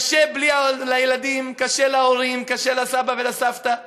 קשה לילדים, קשה להורים, קשה לסבא ולסבתא.